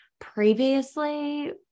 previously